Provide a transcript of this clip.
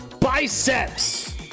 biceps